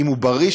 אם הוא בריא,